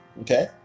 Okay